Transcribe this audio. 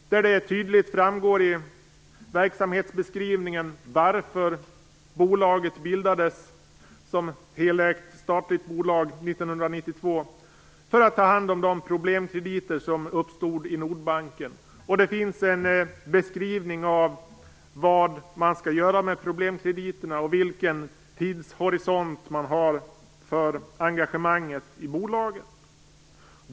Där framgår det tydligt i verksamhetsbeskrivningen varför bolaget bildades som helägt statligt bolag 1992, nämligen för att ta hand om de problemkrediter som uppstod i Nordbanken. Det finns en beskrivning av vad man skall göra med problemkrediterna och vilken tidshorisont man har för engagemanget i bolaget.